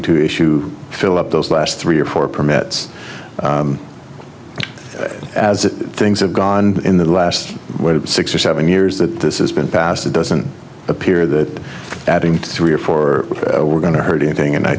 to issue fill up those last three or four permits as things have gone in the last six or seven years that this is been passed it doesn't appear that adding three or four were going to hurt anything and i